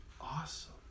awesome